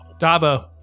Dabo